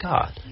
God